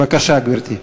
בבקשה, גברתי.